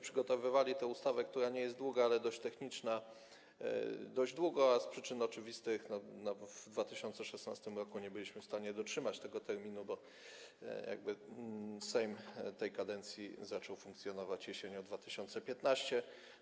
Przygotowywaliśmy tę ustawę, która nie jest długa, ale dość techniczna, dość długo, a z przyczyn oczywistych w 2016 r. nie byliśmy w stanie dotrzymać tego terminu - Sejm tej kadencji zaczął funkcjonować jesienią 2015 r.